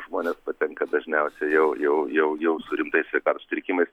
žmonės patenka dažniausiai jau jau jau jau su rimtais sveikatos sutrikimais